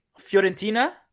Fiorentina